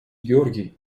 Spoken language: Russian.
георгий